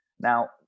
Now